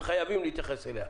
הם חייבים להתייחס אליה.